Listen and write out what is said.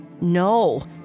No